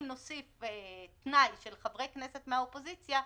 אם נוסיף תנאי של חברי כנסת מהאופוזיציה,